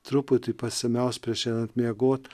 truputį pasimelst prieš einant miegot